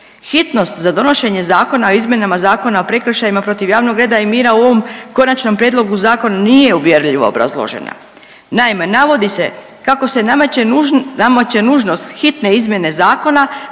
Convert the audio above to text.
Hitnost za donošenje zakona o izmjenama Zakona o prekršajima protiv javnog reda i mira u ovom konačnom prijedlogu zakona nije uvjerljivo obrazložena. Naime, navodi se kako se nameće nužnost hitne izmjene zakona